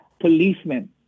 policemen